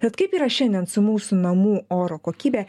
bet kaip yra šiandien su mūsų namų oro kokybe